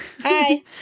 hi